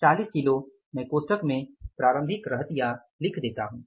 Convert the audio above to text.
40 kilo मैं कोष्ठक में प्रारंभिक रहतिया लिख देता हूँ